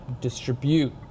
distribute